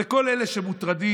לכל אלה שמוטרדים,